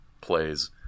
plays